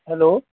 hello